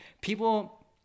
people